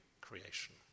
creation